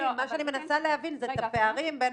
מה שאני מנסה להבין זה את הפערים בין